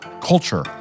culture